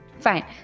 Fine